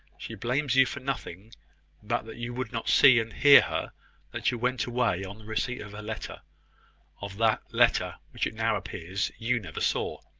she blames you for nothing but that you would not see and hear her that you went away on the receipt of her letter of that letter which it now appears you never saw.